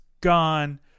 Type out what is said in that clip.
gone